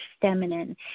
feminine